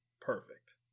perfect